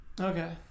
Okay